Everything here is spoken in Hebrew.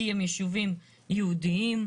כי הם יישובים יהודיים,